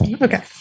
Okay